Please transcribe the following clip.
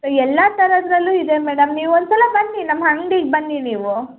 ಎಲ್ಲ ಥರದರಲ್ಲೂ ಇದೆ ಮೇಡಮ್ ನೀವು ಒಂದ್ಸಲ ಬನ್ನಿ ನಮ್ಮ ಅಂಗ್ಡಿಗೆ ಬನ್ನಿ ನೀವು